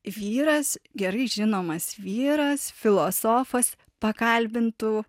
vyras gerai žinomas vyras filosofas pakalbintų